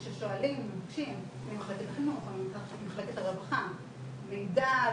כששואלים או מבקשים ממחלקת החינוך או ממחלקת הרווחה מידע,